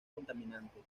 contaminantes